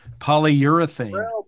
polyurethane